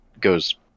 goes